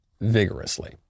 vigorously